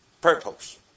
purpose